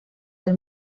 del